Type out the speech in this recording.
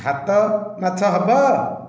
ଭାତ ମାଛ ହେବ